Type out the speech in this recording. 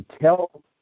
tell